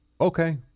okay